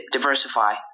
Diversify